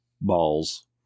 Balls